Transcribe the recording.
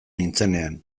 nintzenean